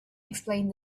explained